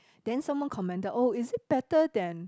then someone commented oh is it better than